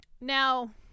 Now